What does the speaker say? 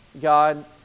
God